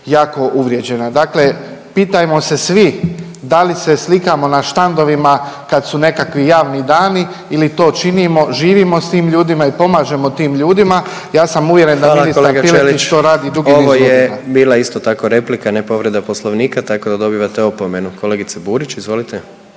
jako uvrijeđena. Dakle, pitajmo se svi da li se slikamo na štandovima kad su nekakvi javni dani ili to činimo, živimo s tim ljudima i pomažemo tim ljudima. Ja sam uvjeren da ministar Piletić to radi dugi niz godina. **Jandroković, Gordan (HDZ)** Hvala kolega Ćelić. Ovo je bila isto tako replika, ne povreda Poslovnika tako da dobivate opomenu. Kolegice Burić, izvolite.